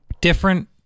different